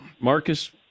Marcus